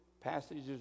passages